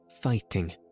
fighting